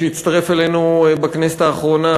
שהצטרף אלינו בכנסת האחרונה,